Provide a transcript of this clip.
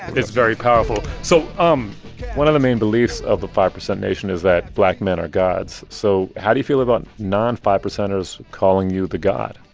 it's very powerful. so um one of the main beliefs of the five-percent nation is that black men are gods. so how do you feel about non-five percenters calling you the god?